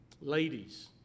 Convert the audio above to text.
Ladies